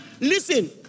Listen